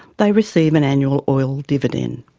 they receive an annual oil dividend.